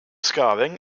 scarring